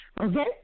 Okay